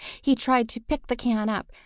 he tried to pick the can up,